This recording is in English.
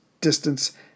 distance